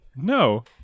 No